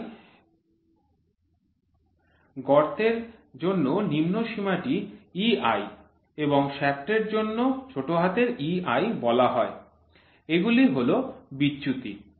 তাই গর্তের জন্য নিম্ন সীমাটি EI এবং শ্য়াফ্টের জন্য ei বলা হয় এগুলি হল বিচ্যুতি